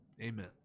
Amen